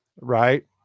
Right